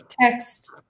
text